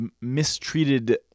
mistreated